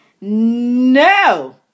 No